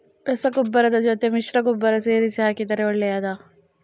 ರಸಗೊಬ್ಬರದ ಜೊತೆ ಮಿಶ್ರ ಗೊಬ್ಬರ ಸೇರಿಸಿ ಹಾಕಿದರೆ ಒಳ್ಳೆಯದಾ?